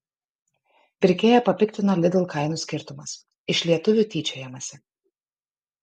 pirkėją papiktino lidl kainų skirtumas iš lietuvių tyčiojamasi